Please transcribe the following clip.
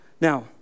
Now